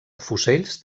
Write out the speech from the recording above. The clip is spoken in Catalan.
fusells